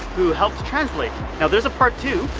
who helped to translate now there's a part two,